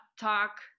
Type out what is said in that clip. talk